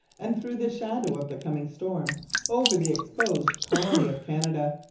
and threw the shadow of the coming storm over the exposed colony of canada.